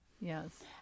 Yes